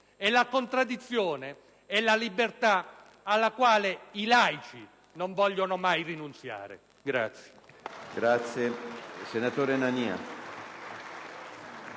E la contraddizione è la libertà alla quale i laici non vogliono mai rinunziare.